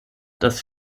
das